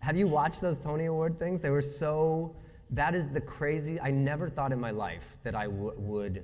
have you watched those tony award things? they were so that is the crazy i never thought in my life that i would